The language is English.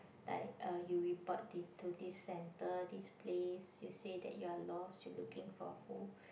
like uh you report to to this center this place you say that you are lost you looking for who